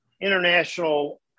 International